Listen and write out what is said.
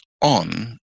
on